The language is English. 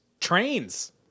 Trains